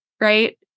right